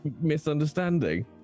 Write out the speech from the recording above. misunderstanding